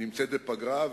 נמצאת בפגרה.